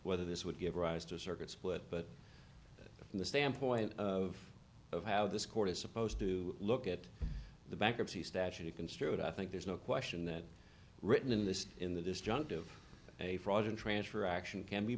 whether this would give rise to a circuit split but from the standpoint of of how this court is supposed to look at the bankruptcy statute it construed i think there's no question that written in this in the disjunctive a fraud in transfer action can be